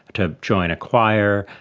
to join a choir,